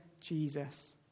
Jesus